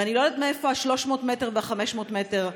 ואני לא יודעת מאיפה ה-300 מטר וה-500 מטר.